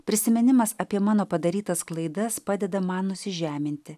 prisiminimas apie mano padarytas klaidas padeda man nusižeminti